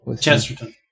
Chesterton